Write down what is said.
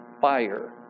fire